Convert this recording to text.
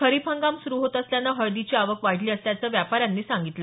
खरीप हंगाम सुरू होत असल्यानं हळदीची आवक वाढली असल्याचं व्यापाऱ्यांनी सांगितलं